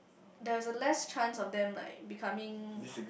there is a less chance of them like becoming